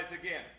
again